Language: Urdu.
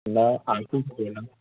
میں عاطف بول رہا ہوں